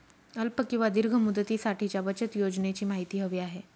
अल्प किंवा दीर्घ मुदतीसाठीच्या बचत योजनेची माहिती हवी आहे